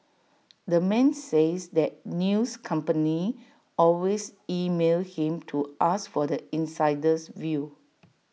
the man says that news companies always email him to ask for the insider's view